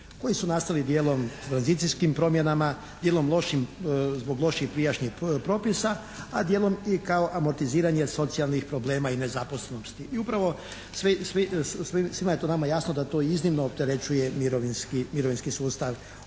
koji su nastali dijelom tranzicijskim promjenama, dijelom zbog loših prijašnjih propisa, a dijelom i kao amortiziranje socijalnih problema i nezaposlenosti i upravo svima je to nama jasno da to iznimno opterećuje mirovinski sustav.